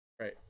Right